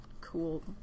cool